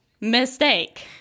Mistake